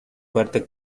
fuerte